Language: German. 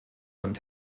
und